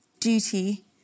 duty